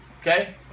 Okay